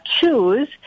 choose